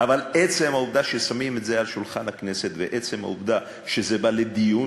אבל עצם העובדה ששמים את זה על שולחן הכנסת ועצם העובדה שזה בא לדיון